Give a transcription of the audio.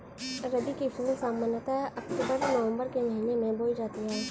रबी की फ़सल सामान्यतः अक्तूबर नवम्बर के महीने में बोई जाती हैं